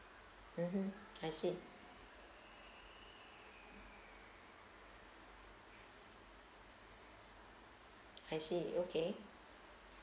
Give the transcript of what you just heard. mmhmm I see I see okay